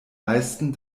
meisten